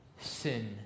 sin